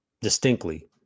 distinctly